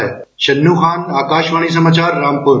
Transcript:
शन्नू खान आकाशवाणी समाचार रामपुर